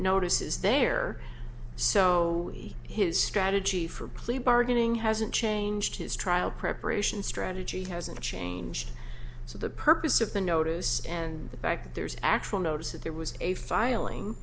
notice is there so his strategy for plea bargaining hasn't changed his trial preparation strategy hasn't changed so the purpose of the notice and the fact that there's actual notice that there was a filing